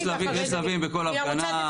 יש שלבים בכל הפגנה,